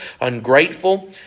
ungrateful